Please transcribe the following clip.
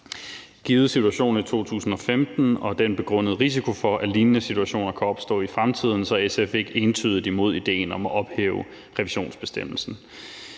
Givet situationen i 2015 og den begrundede risiko for, at lignende situationer kan opstå i fremtiden, er SF ikke entydigt imod idéen om at ophæve revisionsbestemmelsen.